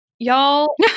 Y'all